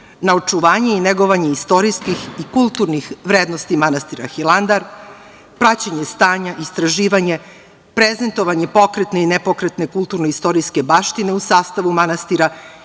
na očuvanje i negovanje istorijskih i kulturnih vrednosti manastira Hilandar, praćenje stanja, istraživanje, prezentovanje pokretne i nepokretne kulturno istorijske baštine u sastavu manastira,